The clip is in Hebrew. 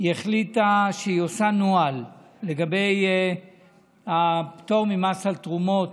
שהיא עושה נוהל לגבי הפטור ממס על תרומות,